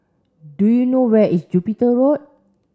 do you know where is Jupiter Road